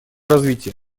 развития